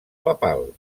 papal